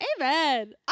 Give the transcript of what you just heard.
amen